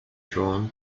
drawn